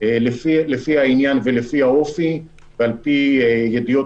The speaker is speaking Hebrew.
לפי העניין ולפי האופי ועל פי ידיעות